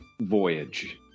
voyage